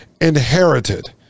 inherited